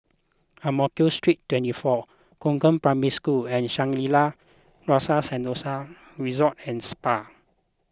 Ang Mo Kio Street twenty four Concord Primary School and Shangri La's Rasa Sentosa Resort and Spa